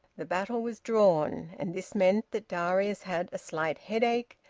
the battle was drawn, and this meant that darius had a slight headache,